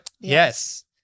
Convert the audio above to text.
yes